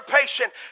patient